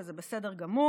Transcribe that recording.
וזה בסדר גמור.